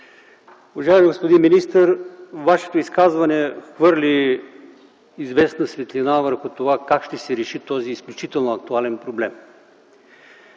Уважаеми господин министър, Вашето изказване хвърли известна светлина върху това как ще се реши този изключително актуален проблем.